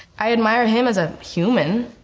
i admire him as a human,